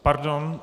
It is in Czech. Pardon.